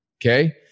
Okay